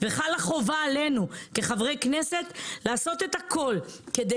חלה חובה עלינו כחברי כנסת לעשות הכול כדי